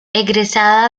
egresada